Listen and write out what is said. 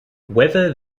whether